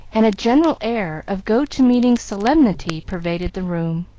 and a general air of go-to-meeting solemnity pervaded the room.